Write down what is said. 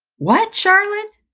what charlotte?